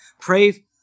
Pray